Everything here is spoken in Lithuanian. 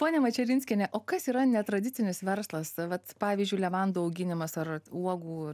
ponia mačerinskiene o kas yra netradicinis verslas vat pavyzdžiui levandų auginimas ar uogų